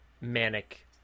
manic